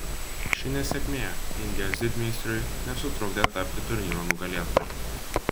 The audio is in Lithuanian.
ši nesėkmė indijos didmeistriui nesutrukdė tapti turnyro nugalėtoju